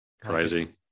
Crazy